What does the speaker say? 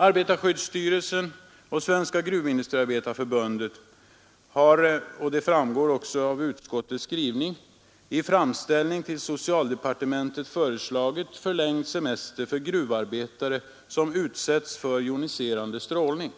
Arbetarskyddsstyrelsen och Svenska gruvindustriarbetareförbundet har, vilket även framgår av utskottets skrivning, i framställning till socialdepartementet föreslagit förlängd semester för gruvarbetare som utsätts för joniserande strålning.